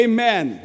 Amen